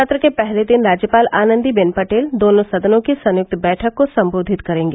सत्र के पहले दिन राज्यपाल आनन्दी बेन पटेल दोनों सदनों की संयुक्त बैठक को सम्बोधित करेंगी